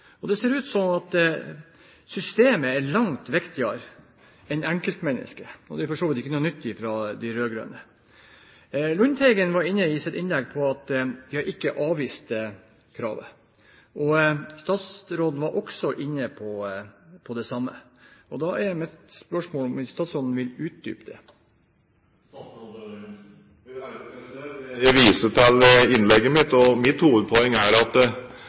langt viktigere enn enkeltmennesket – og det er for så vidt ikke noe nytt fra de rød-grønne. Lundteigen var i sitt innlegg inne på at de ikke har avvist kravet, og statsråden var også inne på det samme. Da er mitt spørsmål: Vil statsråden utdype det? Jeg viser til innlegget mitt, og mitt hovedpoeng er at